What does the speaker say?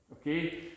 okay